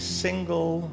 single